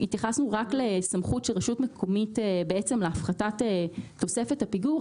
התייחסנו רק לסמכות של רשות מקומית להפחתת תוספת הפיגור.